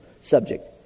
subject